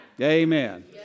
Amen